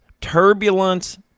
Turbulence